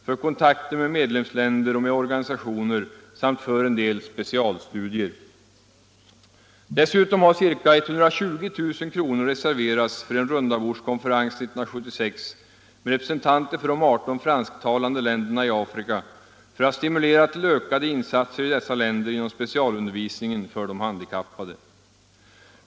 för kontakter med medlemsländer och med organisationer samt för en del specialstudier. Dessutom har ca 120 000 kr. reserverats för en rundabordskonferens 1976 med representanter för de 18 fransktalande länderna i Afrika för att stimulera till ökade insatser i dessa länder inom specialundervisningen för de handikappade.